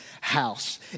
house